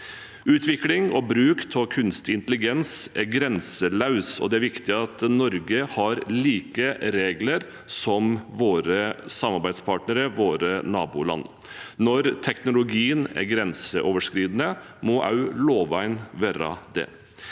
Utvikling og bruk av kunstig intelligens er grenseløs, og det er viktig at Norge har like regler som våre samarbeidspartnere og våre naboland. Når teknologien er grenseoverskridende, må også lovene være det.